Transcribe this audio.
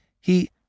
He—